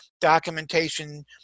documentation